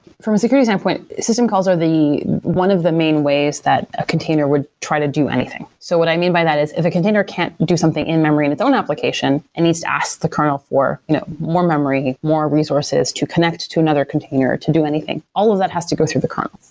from a security standpoint, system calls are the one of the main ways that a container would try to do anything. so what i mean by that, is if a container can't do something in memory, in its own application, it needs to ask the kernel for you know more memory, more resources to connect to another container, to do anything. all of that has to go through the chrome.